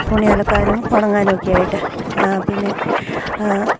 തുണി അലക്കാനും ഉണങ്ങാനുമൊക്കെ ആയിട്ട് പിന്നെ